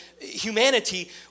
humanity